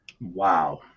Wow